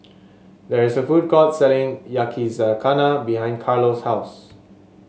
there is a food court selling Yakizakana behind Carlo's house